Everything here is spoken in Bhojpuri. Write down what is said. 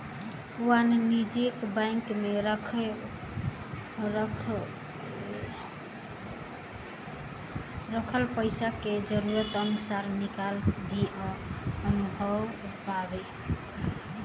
वाणिज्यिक बैंक में रखल पइसा के जरूरत अनुसार निकालल भी संभव बावे